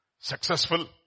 successful